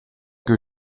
que